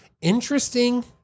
interesting